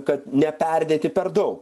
kad neperdėti per daug